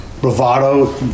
bravado